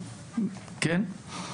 כן,